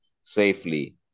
safely